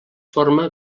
forma